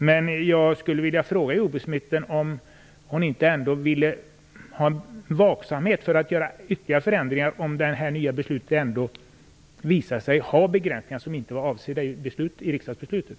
Men jag vill fråga jordbruksministern om hon inte ville ha en vaksamhet över om det behövs ytterligare förändringar, om det nya beslutet visar sig att medföra begränsningar som inte var avsedda i riksdagsbeslutet.